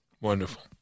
Wonderful